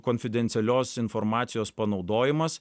konfidencialios informacijos panaudojimas